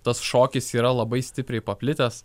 tas šokis yra labai stipriai paplitęs